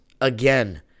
Again